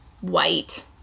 white